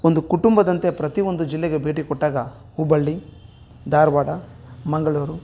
ಒಂದು ಕುಟುಂಬದಂತೆ ಪ್ರತಿಯೊಂದು ಜಿಲ್ಲೆಗೆ ಭೇಟಿ ಕೊಟ್ಟಾಗ ಹುಬ್ಬಳ್ಳಿ ಧಾರ್ವಾಡ ಮಂಗಳೂರು